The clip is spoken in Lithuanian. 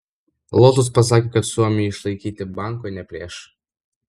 lotus pasakė kad suomiui išlaikyti banko neplėš